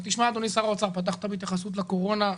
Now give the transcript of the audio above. אדוני שר האוצר, פתחת בהתייחסות לקורונה.